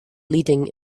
leading